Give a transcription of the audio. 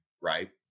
right